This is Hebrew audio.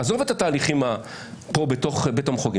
עוזב את התהליכים כאן בתוך בית המחוקקים.